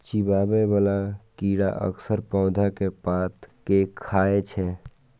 चिबाबै बला कीड़ा अक्सर पौधा के पात कें खाय छै